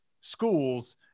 schools